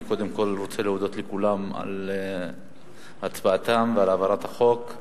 אני קודם כול רוצה להודות לכולם על הצבעתם ועל העברת החוק.